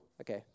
okay